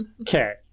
okay